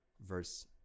verse